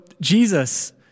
Jesus